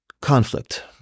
Conflict